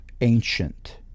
ancient